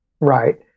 right